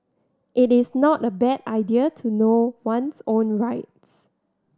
it is not a bad idea to know one's own rights